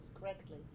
correctly